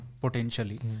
potentially